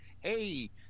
hey